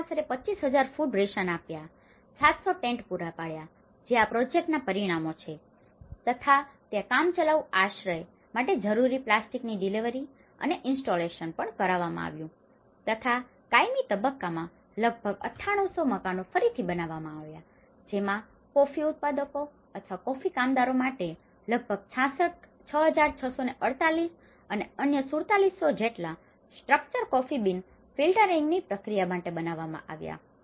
તેઓને આશરે 25000 food ration આપ્યા 700 ટેન્ટ પૂરા પાડયા જે આ પ્રોજેક્ટના પરિણામો છે તથા ત્યાં કામચલાઉ આશ્રય માટે જરૂરી પ્લાસ્ટિકની ડિલિવરી અને ઇન્સ્ટોલેશન પણ કરાવ્યું તથા કાયમી તબક્કામાં લગભગ 9800 મકાનો ફરીથી બનાવવામાં આવ્યા જેમાં કોફી ઉત્પાદકો અથવા કોફી કામદારો માટે લગભગ 6648 અને અન્ય 4700 જેટલા સ્ટ્રક્ચર કોફી બીન ફિલ્ટરિંગની પ્રક્રિયાઓ માટે બનાવવામાં આવ્યા